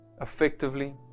effectively